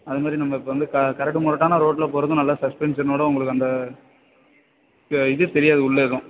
அது மாதிரி நம்ம இப்போ வந்து க கரடு முரடான ரோட்டில் போவது நல்லா சஸ்பென்ஷனோடு உங்களுக்கு அந்த இதே தெரியாது உள்ள எதுவும்